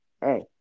Hey